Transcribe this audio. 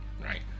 right